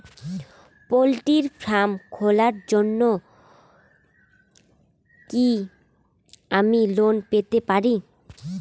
Poultry farm খোলার জন্য কি আমি লোন পেতে পারি?